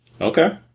Okay